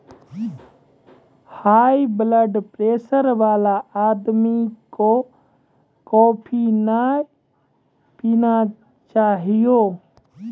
high blood pressure वाला आदमी कॅ कॉफी नय पीना चाहियो